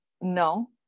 no